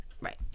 Right